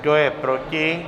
Kdo je proti?